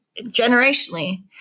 generationally